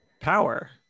Power